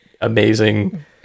amazing